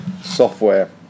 Software